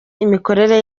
imikorere